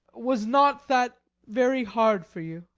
was not that very hard for you?